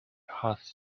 hard